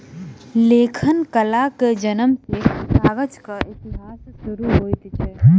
लेखन कलाक जनम सॅ कागजक इतिहास शुरू होइत अछि